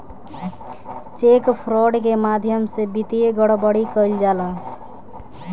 check fraud के माध्यम से वित्तीय गड़बड़ी कईल जाला